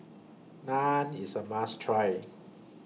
Naan IS A must Try